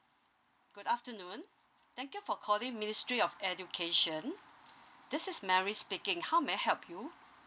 good afternoon thank you for calling ministry of education this is mary speaking how may I help you